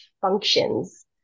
functions